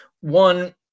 One